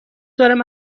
دارم